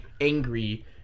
angry